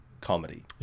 comedy